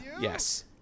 Yes